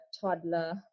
toddler